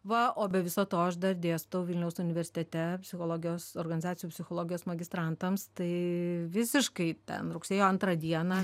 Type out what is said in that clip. va o be viso to aš dar dėstau vilniaus universitete psichologijos organizacijų psichologijos magistrantams tai visiškai ten rugsėjo antrą dieną